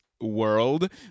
world